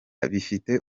bifite